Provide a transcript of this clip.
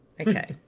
Okay